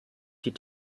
die